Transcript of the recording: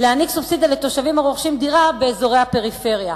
סובסידיה לתושבים הרוכשים דירה באזורי הפריפריה.